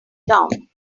down